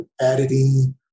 editing